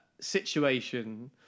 situation